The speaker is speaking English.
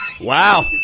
Wow